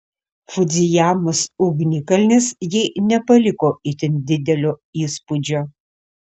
fudzijamos ugnikalnis jai nepaliko itin didelio įspūdžio